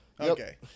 Okay